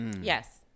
Yes